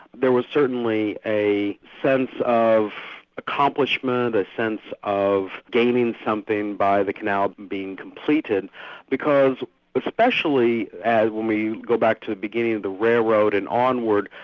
there was certainly a sense of accomplishment, a sense of gaining something by the canal being completed because especially as we go back to the beginning of the railroad and onward,